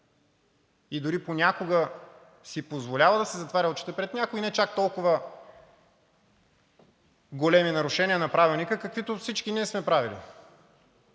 и дори понякога си позволява да си затваря очите пред някои не чак толкова големи нарушения на Правилника, каквито всички ние сме правили,